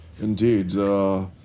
Indeed